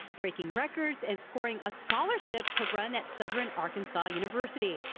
breaking records and scoring a scholarship to run at southern arkansas university.